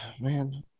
Man